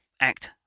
act